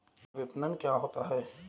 विपणन क्या होता है?